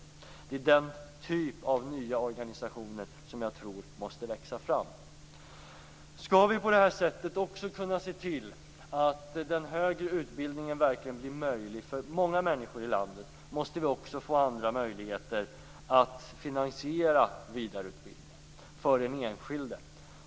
Det är den typ av nya organisationer som jag tror måste växa fram. Skall vi på det här sättet kunna se till att den högre utbildningen verkligen blir möjlig för många människor i landet måste vi också få andra möjligheter att finansiera vidareutbildning för den enskilde.